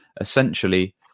essentially